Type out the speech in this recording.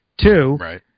Two